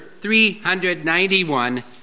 391